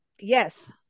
Yes